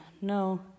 No